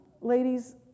Ladies